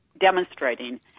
demonstrating